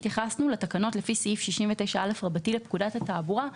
התייחסנו לתקנות לפי סעיף 69א רבתי לפקודת התעבורה.